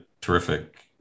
terrific